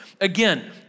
Again